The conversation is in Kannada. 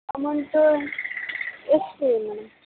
ಅಮೌಂಟು ಎಷ್ಟು ಮೇಡಮ್